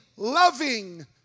loving